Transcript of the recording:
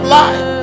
life